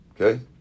Okay